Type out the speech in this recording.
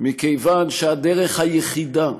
מכיוון שהדרך היחידה